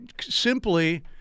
simply